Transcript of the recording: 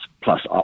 plus